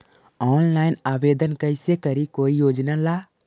Online आवेदन कैसे करी कोई योजना ला?